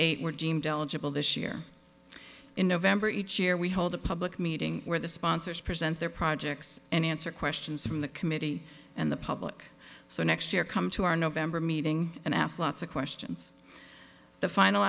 eight were deemed eligible this year in november each year we hold a public meeting where the sponsors present their projects and answer questions from the committee and the public so next year come to our november meeting and ask lots of questions the final